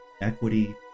equity